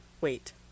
Wait